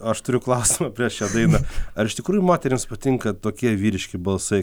aš turiu klausimą prieš šią dainą ar iš tikrųjų moterims patinka tokie vyriški balsai